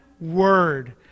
word